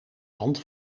hand